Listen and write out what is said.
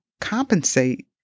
compensate